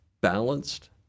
balanced